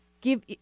give